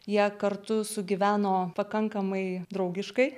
jie kartu sugyveno pakankamai draugiškai